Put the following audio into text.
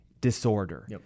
disorder